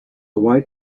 white